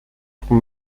pour